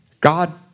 God